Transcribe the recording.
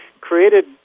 created